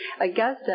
Augusta